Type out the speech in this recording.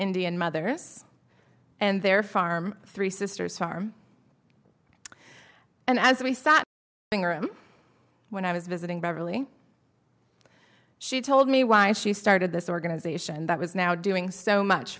indian mothers and their farm three sisters farm and as we sat in room when i was visiting beverly she told me why she started this organization that was now doing so much